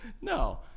No